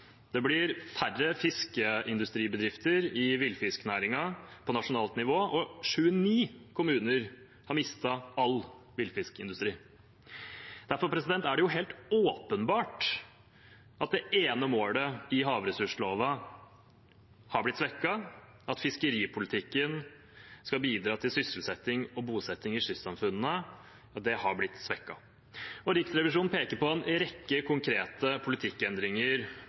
Det blir færre fiskeindustribedrifter i villfisknæringen på nasjonalt nivå, og 29 kommuner har mistet all villfiskindustri. Derfor er det helt åpenbart at det ene målet i havressursloven har blitt svekket – at fiskeripolitikken skal bidra til sysselsetting og bosetting i kystsamfunnene. Det har blitt svekket. Riksrevisjonen peker på en rekke konkrete politikkendringer